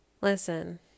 listen